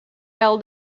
held